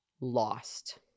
lost